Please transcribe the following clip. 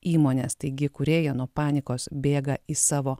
įmonės taigi kūrėjai nuo panikos bėga į savo